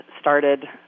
started